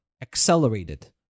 Accelerated